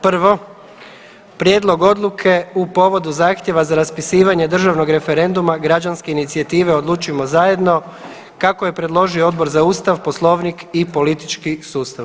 Prvo Prijedlog odluke u povodu zahtjeva za raspisivanje državnog referenduma Građanske inicijative „Odlučujmo zajedno“ kako je predložio Odbor za Ustav, Poslovnik i politički sustav.